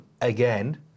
again